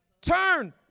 turn